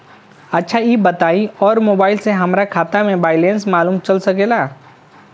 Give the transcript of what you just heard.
अच्छा ई बताईं और मोबाइल से हमार खाता के बइलेंस मालूम चल सकेला?